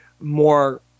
more